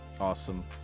awesome